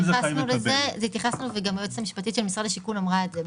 התייחסנו לזה וגם היועצת המשפטית של משרד השיכון אמרה את זה.